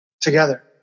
together